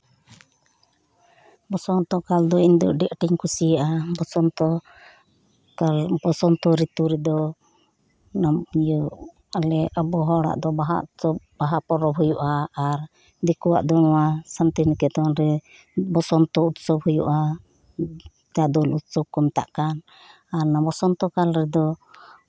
ᱵᱚᱥᱚᱱᱛᱚᱠᱟᱞ ᱫᱚ ᱟᱹᱰᱤ ᱟᱹᱴᱤᱧ ᱠᱩᱥᱤᱭᱟᱜᱼᱟ ᱵᱚᱥᱚᱱᱛᱚ ᱵᱚᱥᱚᱱᱛᱚ ᱨᱤᱛᱩ ᱨᱮᱫᱚ ᱤᱭᱟᱹ ᱟᱞᱮ ᱟᱵᱚ ᱦᱚᱲᱟᱜ ᱫᱚ ᱵᱟᱦᱟ ᱯᱚᱨᱚᱵᱽ ᱦᱩᱭᱩᱜᱼᱟ ᱟᱨ ᱫᱤᱠᱩᱣᱟᱜ ᱫᱚ ᱱᱚᱣᱟ ᱥᱟᱱᱛᱤᱱᱤᱠᱮᱛᱚᱱ ᱨᱮ ᱵᱚᱥᱚᱱᱛᱚ ᱩᱛᱥᱚᱵᱽ ᱦᱩᱭᱩᱜᱼᱟ ᱫᱳᱞ ᱩᱛᱥᱚᱵᱽ ᱠᱚ ᱢᱮᱛᱟᱜ ᱠᱟᱱᱟ ᱵᱚᱥᱚᱱᱛᱚ ᱨᱤᱛᱩᱨᱮ